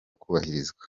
kubahirizwa